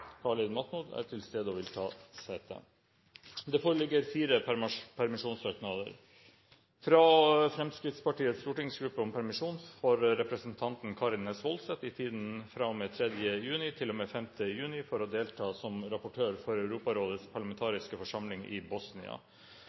er til stede og vil ta sete. Det foreligger fire permisjonssøknader: fra Fremskrittspartiets stortingsgruppe om permisjon for representanten Karin S. Woldseth i tiden fra og med 3. juni til og med 5. juni for å delta som rapportør for Europarådets parlamentariske forsamling i Bosnia